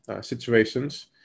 situations